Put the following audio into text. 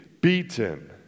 beaten